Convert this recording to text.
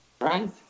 Right